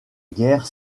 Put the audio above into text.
guerre